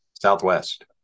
Southwest